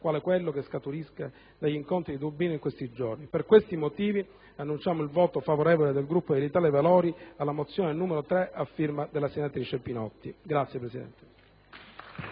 quale quello che scaturirà dagli incontri di Dublino di questi giorni. Per tutti questi motivi, annuncio il voto favorevole del Gruppo Italia dei Valori alla mozione n. 3 a firma della senatrice Pinotti. *(Applausi